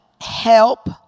help